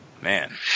Man